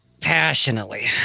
Passionately